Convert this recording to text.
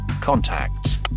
Contacts